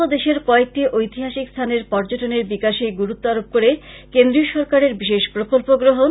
আসাম সহ দেশের কয়েকটি ঐতিহাসিক স্থানের পর্যটনের বিকাশে গুরুত্ব আরোপ করে কেন্দ্রীয় সরকারের বিশেষ প্রকল্প গ্রহন